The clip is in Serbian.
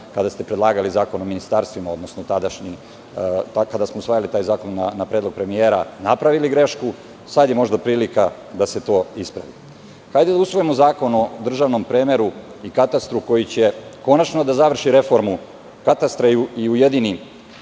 kada ste predlagali zakon o ministarstvima tadašnji, odnosno kada smo usvajali taj zakon na predlog premijera, napravili grešku, sada je možda prilika da se to ispravi. Hajde da usvojimo zakon o državnom premeru i katastru, koji će konačno da završi reformu katastra i ujedini